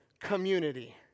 community